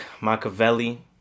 machiavelli